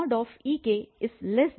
Ik